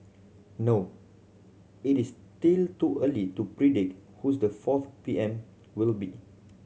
no it is still too early to predict who's the fourth P M will be